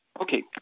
Okay